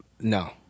no